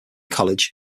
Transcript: college